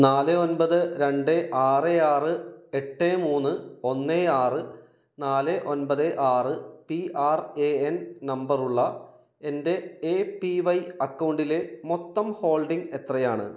നാല് ഒൻപത് രണ്ട് ആറ് ആറ് എട്ട് മൂന്ന് ഒന്ന് ആറ് നാല് ഒൻപ ത് ആറ് പി ആർ ഏ എൻ നമ്പറുള്ള എൻ്റെ എ പി വൈ അക്കൗണ്ടിലെ മൊത്തം ഹോൾഡിംഗ് എത്രയാണ്